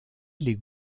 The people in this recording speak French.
les